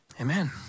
Amen